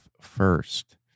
first